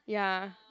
ya